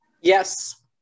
Yes